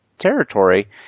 territory